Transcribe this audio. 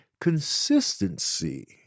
Consistency